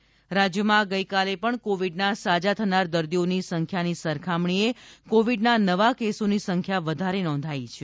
Covid રાજ્ય રાજ્યમાં ગઈકાલે પણ કોવીડના સાજા થનાર દર્દીઓની સંખ્યાની સરખામણીએ કોવીડના નવા કેસોની સંખ્યા વધારે નોંધાઈ છે